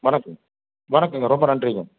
வணக்கம்ங்க வணக்கம்ங்க ரொம்ப நன்றிங்க